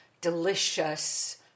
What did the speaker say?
delicious